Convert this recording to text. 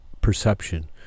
perception